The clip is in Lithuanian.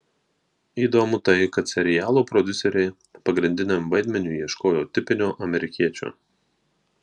įdomu tai kad serialo prodiuseriai pagrindiniam vaidmeniui ieškojo tipinio amerikiečio